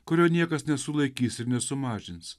kurio niekas nesulaikys ir nesumažins